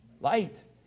light